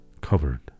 covered